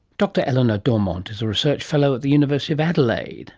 dr eleanor dormontt is a research fellow at the university of adelaide